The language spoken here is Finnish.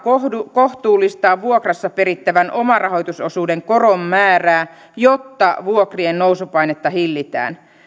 kohtuullistaa vuokrassa perittävän omarahoitusosuuden koron määrää jotta vuokrien nousupainetta hillitään